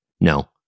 No